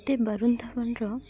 ମତେ ବରୁଣ ଧାୱନ୍ର